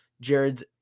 Jared's